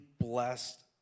blessed